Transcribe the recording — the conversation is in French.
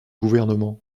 gouvernement